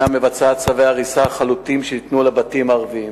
מבצעת צווי הריסה חלוטים שניתנו על בתים ערביים.